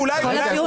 אולי,